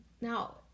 Now